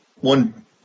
one